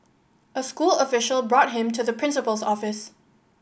a school official brought him to the principal's office